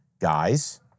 Guys